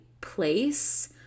place